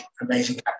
amazing